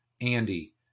Andy